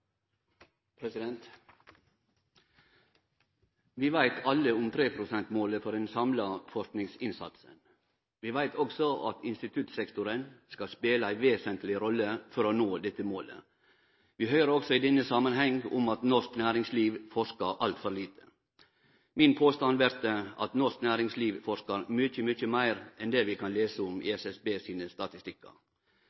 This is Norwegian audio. Vi veit alle om 3 pst.-målet for ein samla forskingsinnsats. Vi veit også at instituttsektoren skal spele ei vesentleg rolle for å nå dette målet. Vi høyrer også i denne samanhengen om at norsk næringsliv forskar altfor lite. Min påstand vert at norsk næringsliv forskar mykje, mykje meir enn det vi kan lese om i